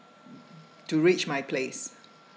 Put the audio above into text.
to reach my place